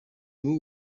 ubu